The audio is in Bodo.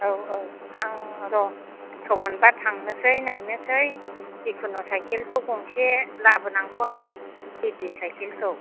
औ औ आं र' सम मोनबा थांनोसै नायनोसै जिखुनु साइखेलखौ गंसे लाबोनांगौ आरो लेडिस साइखेलखौ